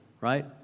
right